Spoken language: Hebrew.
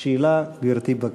שאלה, גברתי, בבקשה.